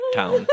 town